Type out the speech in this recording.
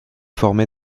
former